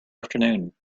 afternoon